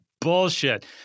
bullshit